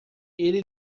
ele